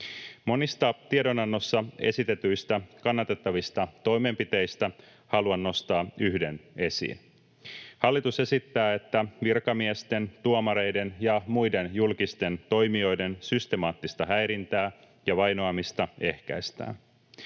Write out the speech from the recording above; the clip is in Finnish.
Monista tiedonannossa esitetyistä kannatettavista toimenpiteistä haluan nostaa yhden esiin. Hallitus esittää, että virkamiesten, tuomareiden ja muiden julkisten toimijoiden systemaattista häirintää ja vainoamista ehkäistään.